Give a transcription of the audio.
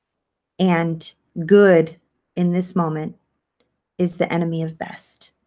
and good in this moment is the enemy of best.